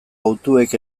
hautuek